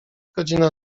godzina